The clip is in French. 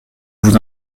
vous